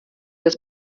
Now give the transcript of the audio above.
des